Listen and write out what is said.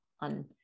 on